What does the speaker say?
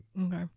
okay